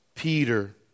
Peter